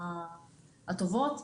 הטובות,